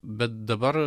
bet dabar